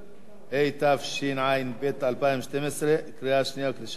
התשע"ב 2012, קריאה שנייה וקריאה שלישית.